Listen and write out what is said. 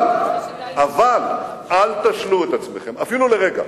אבל אל תשלו את עצמכם אפילו לרגע.